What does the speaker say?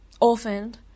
orphaned